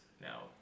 now